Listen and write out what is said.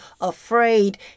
afraid